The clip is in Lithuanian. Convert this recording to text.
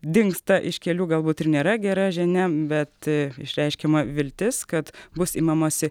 dingsta iš kelių galbūt ir nėra gera žinia bet išreiškiama viltis kad bus imamasi